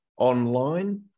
online